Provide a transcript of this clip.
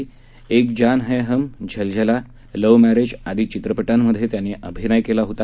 एक जान है हम झलझला लव्ह मर्फे आदी चित्रपटांमध्ये त्यांनी अभिनय केला होता